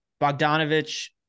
Bogdanovich